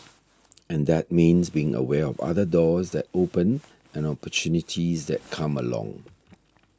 and that means being aware of other doors that open and opportunities that come along